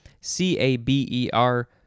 C-A-B-E-R